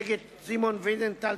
נגד שמעון ויזנטל,